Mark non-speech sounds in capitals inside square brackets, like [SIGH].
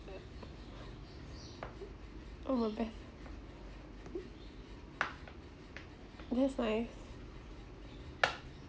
[NOISE] all over that's nice